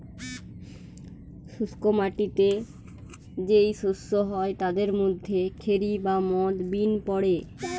শুষ্ক মাটিতে যেই শস্য হয় তাদের মধ্যে খেরি বা মথ বিন পড়ে